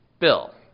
Bill